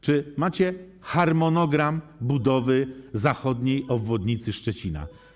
Czy macie harmonogram budowy zachodniej obwodnicy Szczecina?